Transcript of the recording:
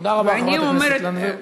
תודה רבה, חברת הכנסת לנדבר.